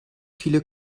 viele